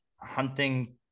hunting